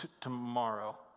tomorrow